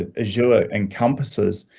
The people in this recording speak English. is, your encompasses.